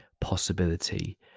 possibility